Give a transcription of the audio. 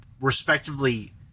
respectively